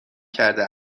کرده